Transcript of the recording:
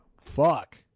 fuck